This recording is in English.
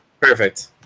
perfect